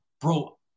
bro